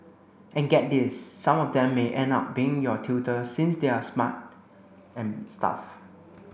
and get this some of them may end up being your tutor since they're smart and stuff